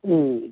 ꯎꯝ